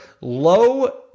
low